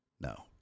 No